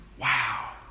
Wow